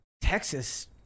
Texas